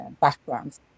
backgrounds